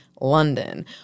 London